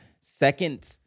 second